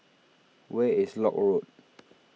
where is Lock Road